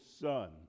son